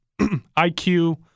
IQ